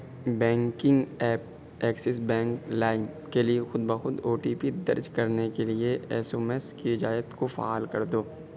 banking app Axis bank لائم کے لیے خود بہ خود او ٹی پی درج کرنے کے لیے ایس اوم ایس کی اجازت کو فعال کر دو